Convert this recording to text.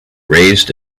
raised